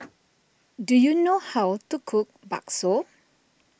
do you know how to cook Bakso